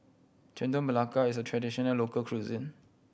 Chendol Melaka is a traditional local cuisine